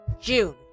June